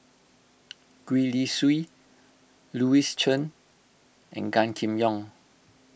Gwee Li Sui Louis Chen and Gan Kim Yong